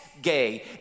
gay